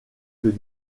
que